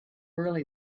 early